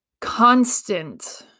constant